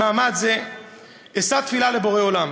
במעמד זה אשא תפילה לבורא עולם